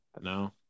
No